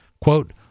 Quote